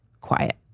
quiet